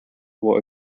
will